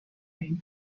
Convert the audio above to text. این